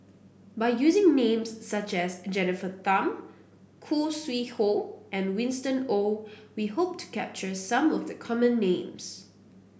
by using names such as Jennifer Tham Khoo Sui Hoe and Winston Oh we hope to capture some of the common names